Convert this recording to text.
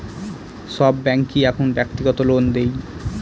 সব ব্যাঙ্কই এখন ব্যক্তিগত লোন দেয়